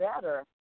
better